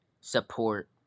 support